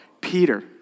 Peter